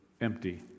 empty